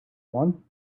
one